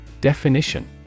Definition